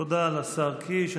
תודה לשר קיש.